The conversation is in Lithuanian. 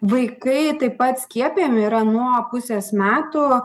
vaikai taip pat skiepijami yra nuo pusės metų